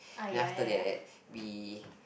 then after that we